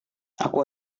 aku